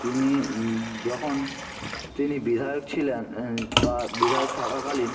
তিনি যখন তিনি বিধায়ক ছিলেন বা বিধায়ক থাকাকালীন